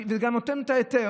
זה גם נותן את ההיתר,